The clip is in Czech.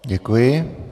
Děkuji.